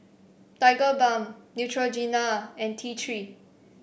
Tigerbalm Neutrogena and T Three